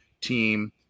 team